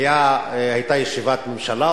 היתה ישיבת ממשלה,